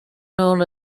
known